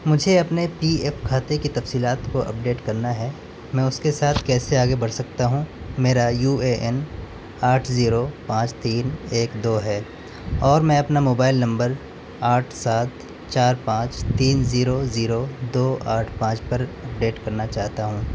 مجھے اپنے P F کھاتے کی تفصیلات کو اپڈیٹ کرنا ہے میں اس کے ساتھ کیسے آگے بڑھ سکتا ہوں میرا یو اے این آٹھ زیرو پانچ تین ایک دو ہے اور میں اپنا موبائل نمبر آٹھ سات چار پانچ تین زیرو زیرو دو آٹھ پانچ پر اپڈیٹ کرنا چاہتا ہوں